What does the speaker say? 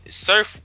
surf